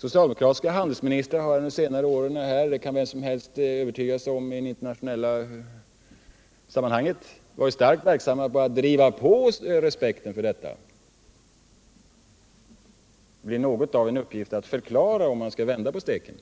Socialdemokratiska handelsministrar har under senare år — det kan var och en som arbetar internationellt övertyga sig om — varit starkt verksamma för att öka respekten för dessa överenskommelser. Det blir något av en uppgift att förklara varför man skall vända på steken.